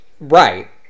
Right